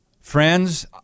Friends